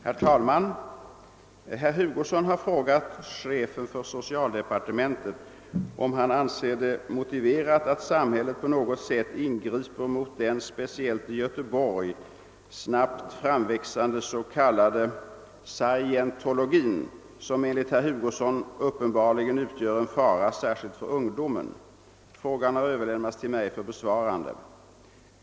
Herr talman! Herr Hugosson har frågat chefen för socialdepartementet om han anser det motiverat att samhället på något sätt ingriper mot den, speciellt i Göteborg, snabbt framväxande s.k. scientologin, som enligt herr Hugosson uppenbarligen utgör en fara särskilt för ungdomen. Frågan har överlämnats till mig för besvarande.